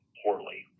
poorly